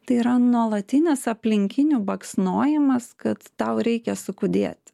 tai yra nuolatinis aplinkinių baksnojimas kad tau reikia sukūdėti